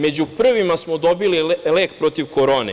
Među prvima smo dobili lek protiv korone.